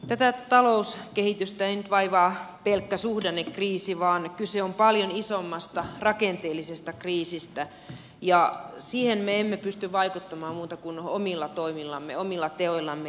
tätä talouskehitystä ei nyt vaivaa pelkkä suhdannekriisi vaan kyse on paljon isommasta rakenteellisesta kriisistä ja siihen me emme pysty vaikuttamaan muuta kuin omilla toimillamme omilla teoillamme